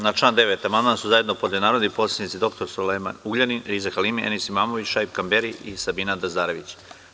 Na član 9. amandmanu su zajedno podneli narodni poslanici dr Sulejman Ugljanin, Riza Halimi, Enis Imamović, Šaip Kamberi i Sabina Dazdarević.